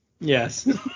Yes